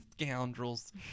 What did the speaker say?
scoundrels